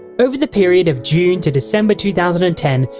over the period of june to december two thousand and ten,